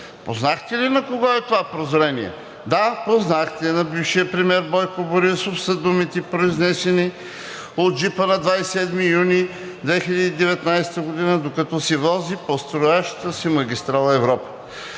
Познахте ли на кого е това прозрение? Да, познахте – на бившия премиер Бойко Борисов са думите, произнесени от джипа на 27 юни 2019 г., докато се вози по строящата се магистрала „Европа“.